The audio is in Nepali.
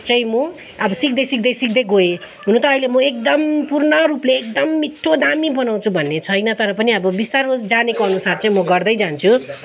चाहिँ म अब सिक्दै सिक्दै सिक्दै गएँ हुनु त अहिले म एकदम पूर्ण रूपले एकदम मिठो दामी बनाउँछु भन्ने छैन तर पनि अब बिस्तारो जानेको अनुसार म गर्दै जान्छु